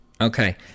Okay